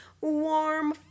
warm